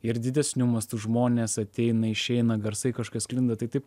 ir didesniu mastu žmonės ateina išeina garsai kažkokie sklinda tai taip